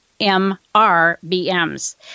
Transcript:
MRBMs